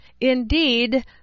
Indeed